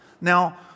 Now